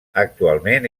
actualment